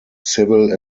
civil